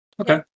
Okay